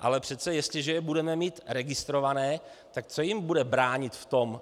Ale přece jestliže je budeme mít registrované, tak co jim bude bránit v tom,